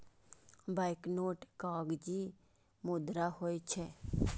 banknote कागजी मुद्रा होइ छै